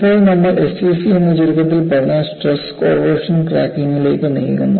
ഇപ്പോൾ നമ്മൾ എസ്സിസി എന്ന് ചുരുക്കത്തിൽ പറഞ്ഞ സ്ട്രെസ് കോറോഷൻ ക്രാക്കിംഗിലേക്ക് നീങ്ങുന്നു